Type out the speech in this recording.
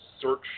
search